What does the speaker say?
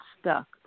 stuck